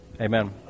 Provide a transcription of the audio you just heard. amen